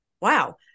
Wow